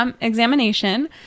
examination